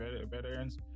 veterans